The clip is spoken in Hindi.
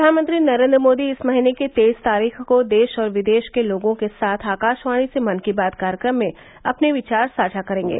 प्रधानमंत्री नरेन्द्र मोदी इस महीने की तेईस तारीख को देश और विदेश के लोगों के साथ आकाशवाणी से मन की बात कार्यक्रम में अपने विचार साझा करेंगे